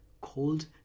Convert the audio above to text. called